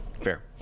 Fair